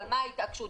אז למה אנחנו